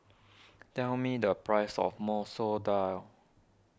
tell me the price of Masoor Dal